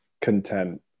content